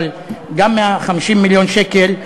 אבל גם 150 מיליון שקל,